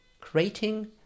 Creating